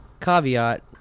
caveat